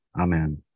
Amen